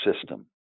system